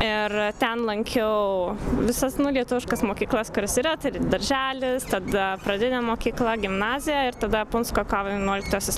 ir ten lankiau visas nu lietuviškas mokyklas kurios yra tai ir darželis tada pradinė mokykla gimnazija ir tada punsko kovo vienuoliktosios